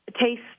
taste